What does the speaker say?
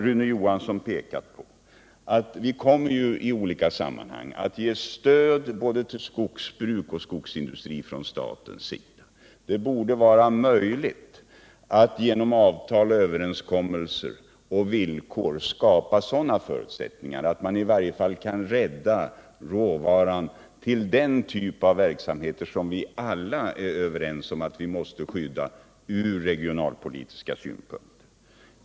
Rune Johansson har här pekat på att staten i olika sammanhang kommer att ge stöd till skogsbruk och skogsindustri. Det borde vara möjligt att genom avtal, överenskommelser och villkor skapa sådana förutsättningar att man i varje fall kan rädda råvaran till en typ av verksamhet som vi alla är överens om måste skyddas ur regionalpolitisk synpunkt.